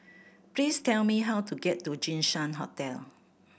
please tell me how to get to Jinshan Hotel